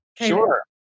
Sure